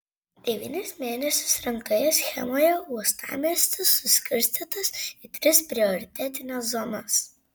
devynis mėnesius rengtoje schemoje uostamiestis suskirstytas į tris prioritetines zonas